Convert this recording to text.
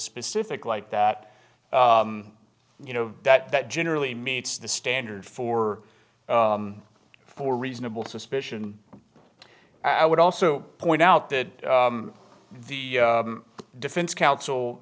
specific like that you know that that generally meets the standard for for reasonable suspicion i would also point out that the defense counsel